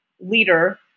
leader